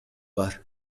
бар